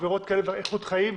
עבירות איכות חיים,